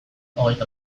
hogeita